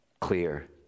clear